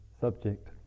subject